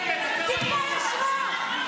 טיפה יושרה,